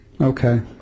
Okay